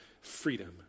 freedom